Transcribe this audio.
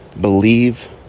believe